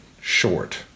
short